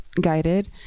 guided